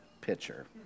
pitcher